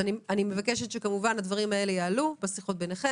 אני מבקשת כמובן שהדברים האלה יעלו בשיחות ביניכם,